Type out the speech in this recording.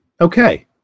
Okay